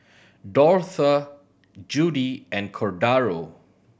Dortha Judy and Cordaro